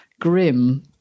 grim